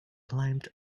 climbed